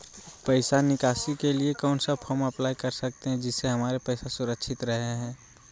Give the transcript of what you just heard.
पैसा निकासी के लिए कौन सा फॉर्म अप्लाई कर सकते हैं जिससे हमारे पैसा सुरक्षित रहे हैं?